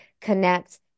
connect